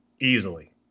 easily